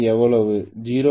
05